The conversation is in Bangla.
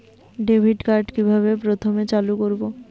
ডেবিটকার্ড কিভাবে প্রথমে চালু করব?